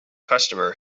customer